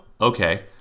Okay